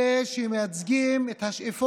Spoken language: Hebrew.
את אלה שמייצגים את השאיפות